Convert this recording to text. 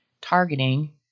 targeting